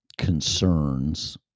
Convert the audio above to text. concerns